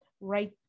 right